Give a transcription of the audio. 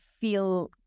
feel